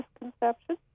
misconception